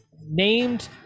named